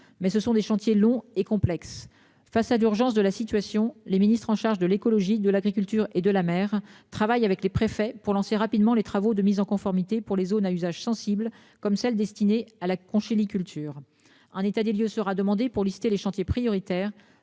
Mais ce sont des chantiers longs et complexes. Face à l'urgence de la situation, les ministres en charge de l'écologie de l'agriculture et de la mère travaille avec les préfets pour lancer rapidement les travaux de mise en conformité pour les zones à usage sensibles comme celles destinées à la conchyliculture en état des lieux sera demandé pour lister les chantiers prioritaires